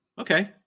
okay